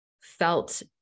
felt